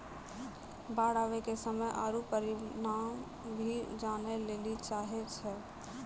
बाढ़ आवे के समय आरु परिमाण भी जाने लेली चाहेय छैय?